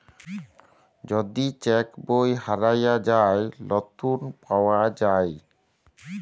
যদি চ্যাক বই হারাঁয় যায়, লতুল পাউয়া যায়